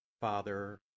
Father